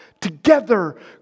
together